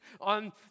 on